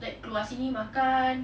like keluar sini makan